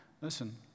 listen